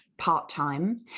part-time